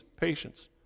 patience